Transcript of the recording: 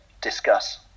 Discuss